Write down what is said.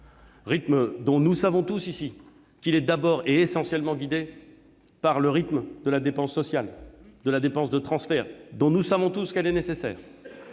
dont nous savons tous ici qu'il est d'abord et essentiellement guidé par celui de la dépense sociale, des dépenses de transfert, dont nous savons tous qu'elles sont nécessaires.